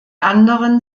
anderen